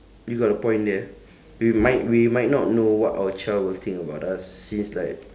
you got a point there we might we might not know what our child will think about us since like